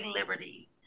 liberty